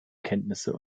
kenntnisse